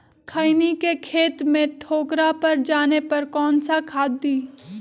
खैनी के खेत में ठोकरा पर जाने पर कौन सा खाद दी?